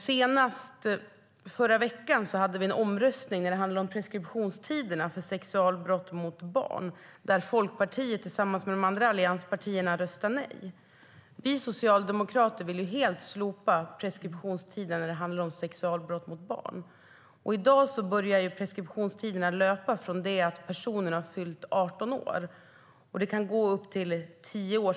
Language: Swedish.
Senast i förra veckan hade vi en omröstning som handlade om preskriptionstiderna för sexualbrott mot barn, där Folkpartiet tillsammans med de andra allianspartierna röstade nej. Vi socialdemokrater vill helt slopa preskriptionstiden när det handlar om sexualbrott mot barn. I dag börjar preskriptionstiden löpa från det att personen har fyllt 18 år, och den kan gå upp till tio år.